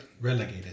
relegated